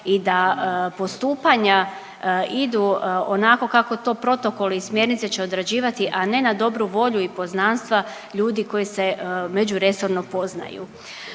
i da postupanja idu onako kako to protokol i smjernice će odrađivati, a ne na dobru volju i poznanstva ljudi koji se međuresorno poznaju.